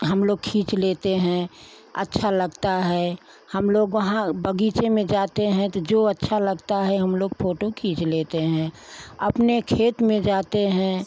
हम लोग खींच लेते हैं अच्छा लगता है हम लोग वहाँ बगीचे में जाते हैं तो जो अच्छा लगता है हम लोग फ़ोटो खींच लेते हैं अपने खेत में जाते हैं